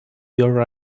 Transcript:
your